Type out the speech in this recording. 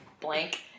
blank